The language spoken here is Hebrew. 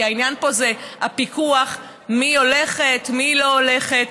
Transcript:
כי העניין פה זה הפיקוח: מי הולכת ומי לא הולכת,